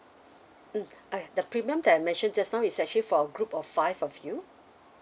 mm okay the premium that I mentioned just now is actually for group of five of you